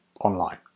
online